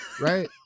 Right